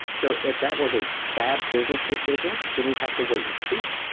so if that was a bad business decision, then we have to wait and see.